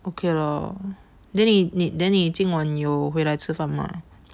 okay lor then 你你 then 你今晚有回来吃饭吗